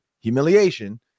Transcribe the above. Humiliation